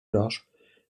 large